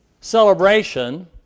celebration